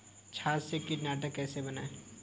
छाछ से कीटनाशक कैसे बनाएँ?